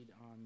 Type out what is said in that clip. on